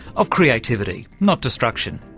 of creativity, not destruction.